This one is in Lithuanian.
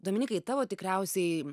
dominykai tavo tikriausiai